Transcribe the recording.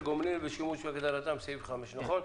גומלין ושימוש כהגדרתם בסעיף 5. נכון?